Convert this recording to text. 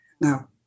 Now